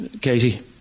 Katie